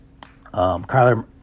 Kyler